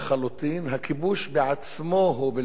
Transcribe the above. הכיבוש בעצמו הוא בלתי חוקי,